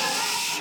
ששש.